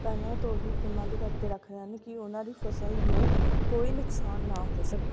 ਪਹਿਲਾਂ ਤੋਂ ਹੀ ਪ੍ਰਬੰਧ ਕਰਕੇ ਰੱਖਦੇ ਹਨ ਕਿ ਉਹਨਾਂ ਦੀ ਫਸਲ ਨੂੰ ਕੋਈ ਨੁਕਸਾਨ ਨਾ ਹੋ ਸਕੇ